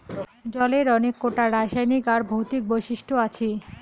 জলের অনেক কোটা রাসায়নিক আর ভৌতিক বৈশিষ্ট আছি